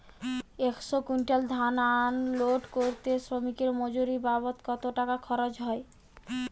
একশো কুইন্টাল ধান আনলোড করতে শ্রমিকের মজুরি বাবদ কত টাকা খরচ হয়?